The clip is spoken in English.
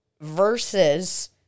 versus